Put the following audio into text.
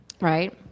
Right